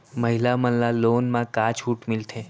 महिला मन ला लोन मा का छूट मिलथे?